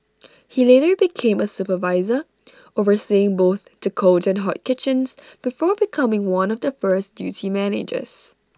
he later became A supervisor overseeing both the cold and hot kitchens before becoming one of the first duty managers